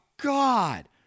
God